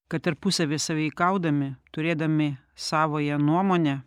kad tarpusavy sąveikaudami turėdami savąją nuomonę